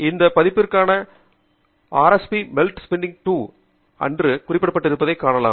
இந்த பதிப்பிற்காக RSP spec ஸ்ப்னிங் 2 என்று பெயரிடப்பட்டிருப்பதைக் காணலாம்